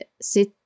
sit